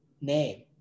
name